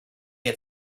had